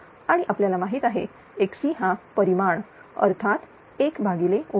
आणि आपल्याला माहीत आहे XC हा परिमाण अर्थात 1 आणि हे 307